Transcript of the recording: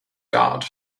god